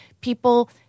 people